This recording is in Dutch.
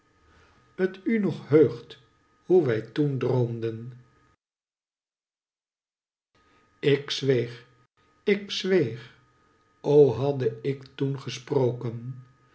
t u nog heugt hoe wij toen droomden ik zweeg ik zweeg o hadde ik toen gesproken